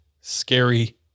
scary